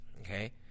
Okay